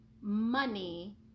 money